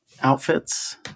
outfits